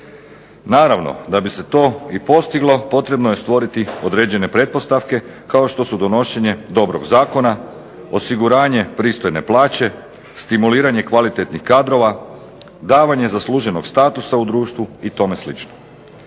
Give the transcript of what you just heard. Naravno, da bi se to postiglo potrebno je stvoriti određene pretpostavke kao što su donošenje dobrog zakona, osiguranje pristojne plaće, stimuliranje kvalitetnih kadrova, davanje zasluženog statusa u društvu i tome slično.